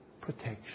protection